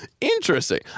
Interesting